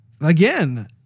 again